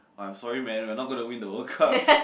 I'm sorry man we are not gonna win the World Cup